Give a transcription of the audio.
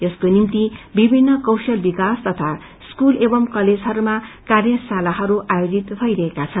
यसको निम्ति विभिन्न कौशल विकाास तथा स्कूल एवं कलेजहरूमा कार्याशालाहरू आयोजित भइरहेका छन्